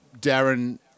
Darren